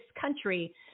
country